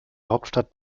hauptstadt